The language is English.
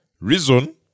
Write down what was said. Reason